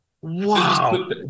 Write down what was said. wow